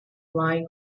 lie